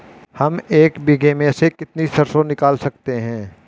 हम एक बीघे में से कितनी सरसों निकाल सकते हैं?